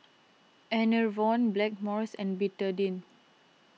Enervon Blackmores and Betadine